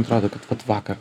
atrodo kad vat vakar